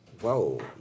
Whoa